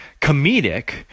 comedic